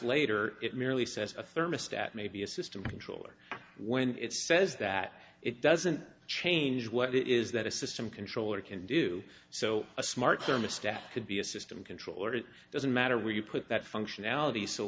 later it merely says a thermostat may be a system controller when it says that it doesn't change what it is that a system controller can do so a smart thermostat could be a system controller it doesn't matter where you put that functionality so